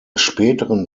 späteren